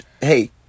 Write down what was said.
hey